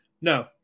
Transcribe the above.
No